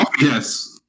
Yes